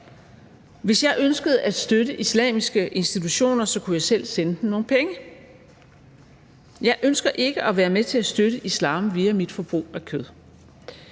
Hvis jeg ønskede at støtte islamiske institutioner, kunne jeg selv sende dem nogle penge. Jeg ønsker ikke at være med til at støtte islam via mit forbrug af kød.